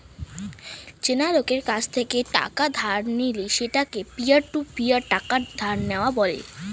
চেনা লোকের কাছ থেকে টাকা ধার নিলে সেটাকে পিয়ার টু পিয়ার টাকা ধার নেওয়া বলে